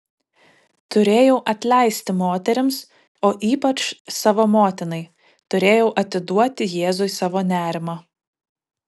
turėjau atleisti moterims o ypač savo motinai turėjau atiduoti jėzui savo nerimą